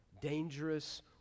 dangerous